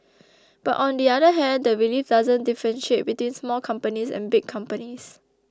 but on the other hand the relief doesn't differentiate between small companies and big companies